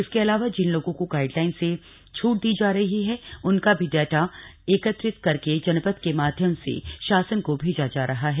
इसके अलावा जिन लोगों को गाइडलाइन से छूँध दी जा रही है उनका भी डा ा एकत्रित करके जनपद के माध्यम से शासन को भेजा जा रहा है